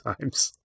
times